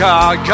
God